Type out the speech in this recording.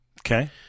Okay